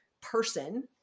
person